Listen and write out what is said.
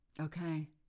Okay